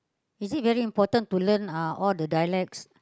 is it very important to learn uh all the dialects